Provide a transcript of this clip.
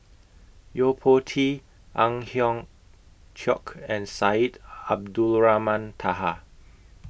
Yo Po Tee Ang Hiong Chiok and Syed Abdulrahman Taha